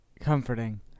Comforting